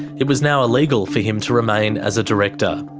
it was now illegal for him to remain as a director.